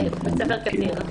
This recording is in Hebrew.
בית ספר קציר.